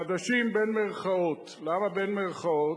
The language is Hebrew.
חדשים בין מירכאות, למה בין מירכאות?